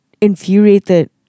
Infuriated